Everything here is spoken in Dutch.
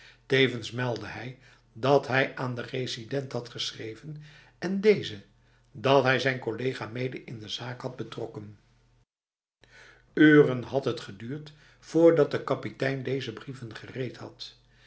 tevens meldde hij dat hij aan de resident had geschreven en deze dat hij zijn collega mede in de zaak had betrokken uren had het geduurd vrdat de kapitein deze brieven gereed had